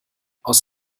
aus